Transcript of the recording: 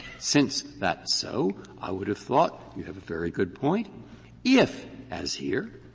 since that's so, i would have thought you have a very good point if, as here,